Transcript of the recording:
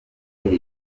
ahmed